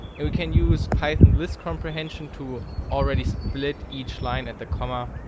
and we can use python list comprehention to already split each line at the comma.